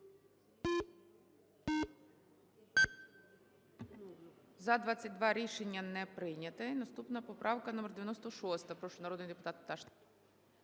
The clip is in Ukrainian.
За-22 Рішення не прийнято. Наступна поправка - номер 96. Прошу, народний депутат Пташник.